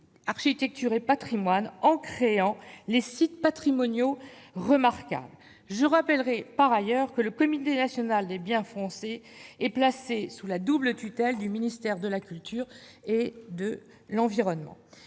l'architecture et au patrimoine, en créant les sites patrimoniaux remarquables. Par ailleurs, je le rappelle, le Comité national des biens français est placé sous la double tutelle du ministère de la culture et du ministère de l'environnement.